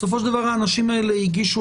בסופו של דבר האנשים האלה הגישו,